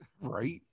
right